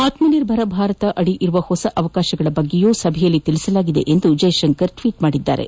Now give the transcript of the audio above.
ಆತ್ಮನಿರ್ಭರ ಭಾರತ ಅದಿ ಇರುವ ಹೊಸ ಅವಕಾಶಗಳ ಬಗ್ಗೆ ಸಭೆಯಲ್ಲಿ ತಿಳಿಸಲಾಗಿದೆ ಎಂದು ಜೈಶಂಕರ್ ಟ್ಟೀಟ್ ಮಾಡಿದ್ದಾರೆ